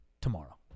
tomorrow